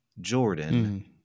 Jordan